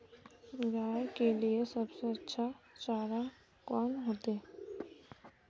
गाय के लिए सबसे अच्छा चारा कौन होते?